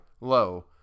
low